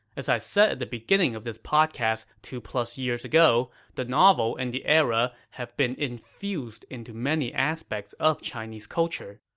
as i said at the beginning of this podcast two-plus years ago, the novel and the era have been infused into many aspects of the culture.